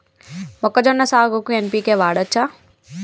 మొక్కజొన్న సాగుకు ఎన్.పి.కే వాడచ్చా?